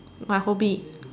my hobby